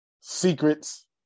secrets